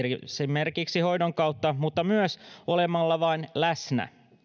esimerkiksi hoidon kautta mutta myös olemalla vain läsnä